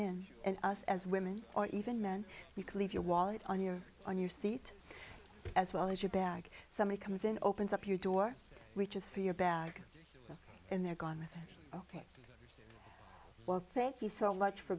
in and us as women or even men you could leave your wallet on your on your seat as well as your bag somebody comes in opens up your door reaches for your bag and they're gone with a well thank you so much for